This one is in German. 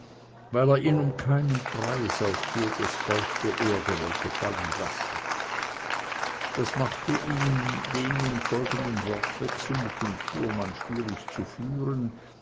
weil er ihn um keinen preis auf die etwas feuchte erde wollte fallen lassen das machte ihm den nun folgenden wortwechsel mit dem fuhrmann schwierig zu führen